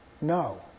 no